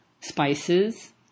spices